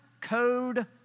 code